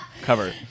cover